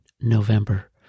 November